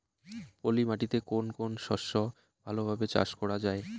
পলি মাটিতে কোন কোন শস্য ভালোভাবে চাষ করা য়ায়?